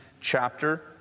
chapter